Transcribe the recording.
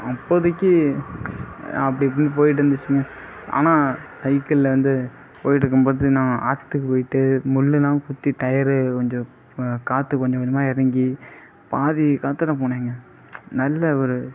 அப்போதைக்கு அப்படி இப்படி போய்ட்டுருந்திச்சுங்க ஆனால் சைக்கிளில் வந்து போய்டிருக்கும்போது நான் ஆத்துக்கு போய்விட்டு முள்ளலாம் குத்தி டயரு கொஞ்சம் காற்று கொஞ்சம் கொஞ்சமாக இறங்கி பாதி காற்றோட போனேன்க நல்ல ஒரு